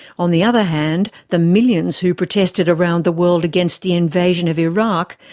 on the other hand the millions who protested around the world against the invasion of iraq,